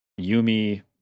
Yumi